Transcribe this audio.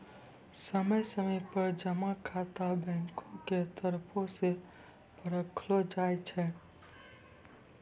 समय समय पर जमा खाता बैंको के तरफो से परखलो जाय छै